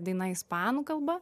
daina ispanų kalba